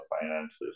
finances